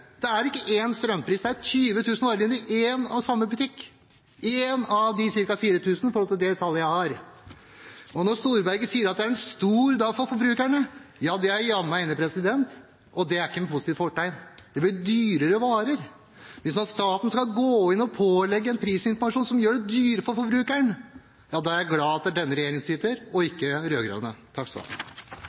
Det er ikke ett strømprisprodukt – det er 20 000 varelinjer, produkter, i én og samme butikk. Det er én av de ca. 4 000 butikkene, i forhold til det tallet jeg har. Når Storberget sier at det er en stor dag for forbrukerne, er jeg jammen enig i det, men det er ikke med et positivt fortegn, for det blir dyrere varer hvis staten skal pålegge å gi en prisinformasjon som gjør det dyrere for forbrukeren. Da er jeg glad for at det er denne regjeringen som sitter – ikke